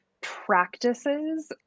practices